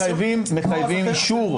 לא, אבל מחייבים אישור.